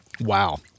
Wow